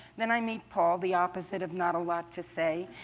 then i meet paul, the opposite of not a lot to say.